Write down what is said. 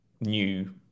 new